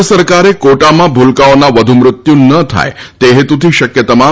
કેન્દ્ર સરકારે કોટામાં ભુલકાંઓના વધુ મૃત્યુ ન થાય તે હેતુથી શક્ય તમામ